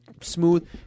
smooth